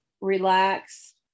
Relax